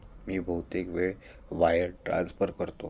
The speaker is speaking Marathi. मी बहुतेक वेळा वायर ट्रान्सफर करतो